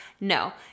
No